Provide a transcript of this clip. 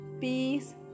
peace